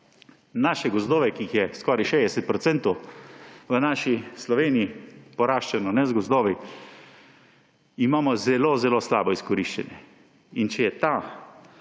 Naše gozdove, ki jih je skoraj 60 % v naši Sloveniji, poraščeni, ne z gozdovi, imamo zelo slabo izkoriščene. In če je ta